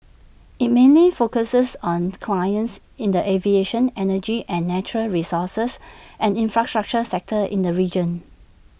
IT mainly focuses on clients in the aviation energy and natural resources and infrastructure sectors in the region